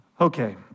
Okay